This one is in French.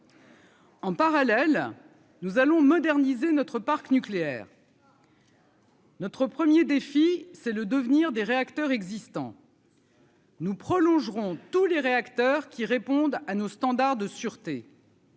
En parallèle, nous allons moderniser notre parc nucléaire. Notre 1er défi c'est le devenir des réacteurs existants. Le. Nous prolongerons tous les réacteurs qui réponde à nos standards de sûreté.